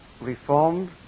reformed